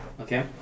Okay